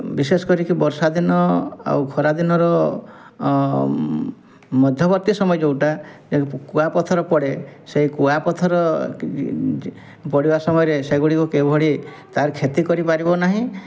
ବିଶେଷ କରିକି ବର୍ଷା ଦିନ ଆଉ ଖରା ଦିନର ମଧ୍ୟବର୍ତ୍ତୀ ସମୟ ଯେଉଁଟା କୁଆପଥର ପଡ଼େ ସେହି କୁଆପଥର ପଡ଼ିବା ସମୟରେ ସେଗୁଡ଼ିକୁ କିଭଳି ତା'ର କ୍ଷତି କରିପାରିବ ନାହିଁ